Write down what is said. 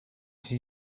sui